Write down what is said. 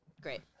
great